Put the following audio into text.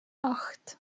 acht